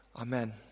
Amen